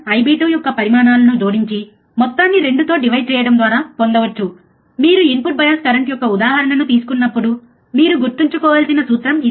IB1 IB2 యొక్క పరిమాణాలను జోడించి మొత్తాన్ని 2 తో డివైడ్ చెయ్యడం ద్వారా పొందవచ్చు మీరు ఇన్పుట్ బయాస్ కరెంట్ యొక్క ఉదాహరణను తీసుకున్నప్పుడు మీరు గుర్తుంచుకోవలసిన సూత్రం ఇది